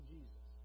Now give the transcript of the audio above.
Jesus